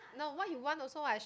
no what he want also what